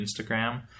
Instagram